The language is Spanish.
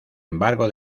embargo